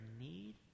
need